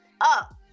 up